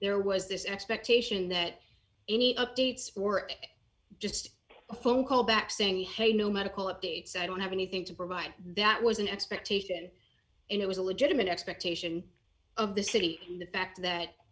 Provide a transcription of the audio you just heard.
there was this expectation that any updates were just a phone call back saying hey no medical updates i don't have anything to provide that was an expectation and it was a legitimate expectation of the city and the fact